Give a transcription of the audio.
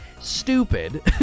stupid